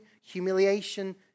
humiliation